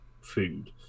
food